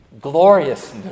Glorious